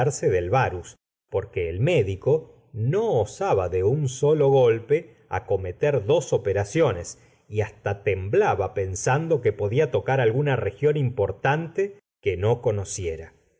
del varus porque el médico no osaba de un solo golpe acometer dos operaciones y hasta temblaba pensando que podía tocar alguna región importante que no conociera